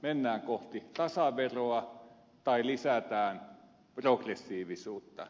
mennään kohti tasaveroa tai lisätään progressiivisuutta